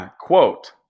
Quote